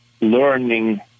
learning